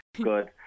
Good